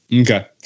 Okay